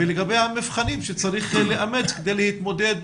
ולגבי המבחנים שצריך לאמת כדי להתמודד